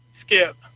Skip